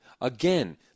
Again